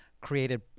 created